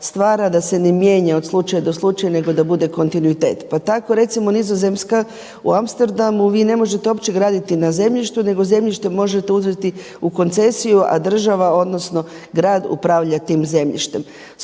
da se ne mijenja od slučaja do slučaja nego da bude kontinuitet. Pa tako recimo Nizozemska u Amsterdamu vi ne možete uopće graditi na zemljištu nego zemljište možete uzeti u koncesiju, a država odnosno grad upravlja tim zemljištem.